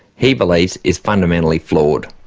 he believes, is fundamentally flawed.